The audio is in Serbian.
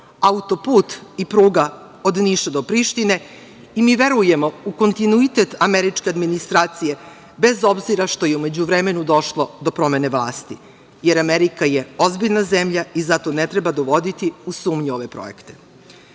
autoput i pruga od Niša do Prištine i mi verujemo u kontinuitet američke administracije, bez obzira što je u međuvremenu došlo do promene vlasti, jer Amerika je ozbiljna zemlja i zato ne treba dovoditi u sumnju ove projekte. Da